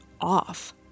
off